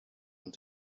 want